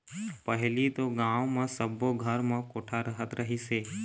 पहिली तो गाँव म सब्बो घर म कोठा रहत रहिस हे